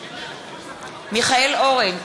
מיכאל אורן,